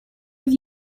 have